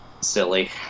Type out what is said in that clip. silly